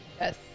Yes